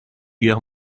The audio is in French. guerre